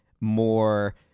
more